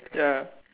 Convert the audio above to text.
ya